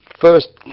first